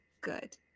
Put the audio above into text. good